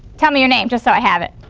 tell me your name just so i have it.